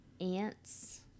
ants